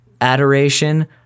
adoration